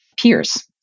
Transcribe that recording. peers